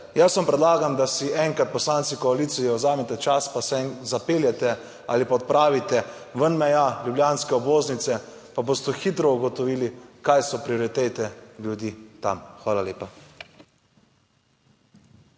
jaz vam predlagam, da si enkrat poslanci koalicije vzamete čas pa se zapeljete ali pa odpravite ven meja ljubljanske obvoznice, pa boste hitro ugotovili, kaj so prioritete ljudi tam. Hvala lepa.